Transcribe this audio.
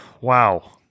Wow